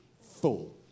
full